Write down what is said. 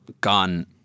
gone